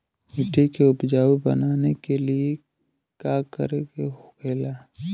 मिट्टी के उपजाऊ बनाने के लिए का करके होखेला?